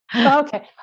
Okay